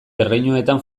erreinuetan